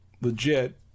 legit